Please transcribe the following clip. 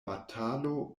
batalo